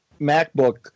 MacBook